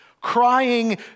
Crying